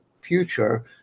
future